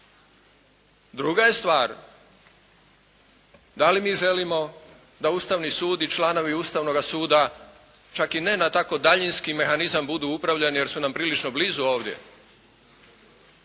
Druga je stvar da li mi želimo da Ustavni sud i članovi Ustavnoga suda čak i ne na tako daljinski mehanizam budu upravljani jer su nam prilično blizu ovdje.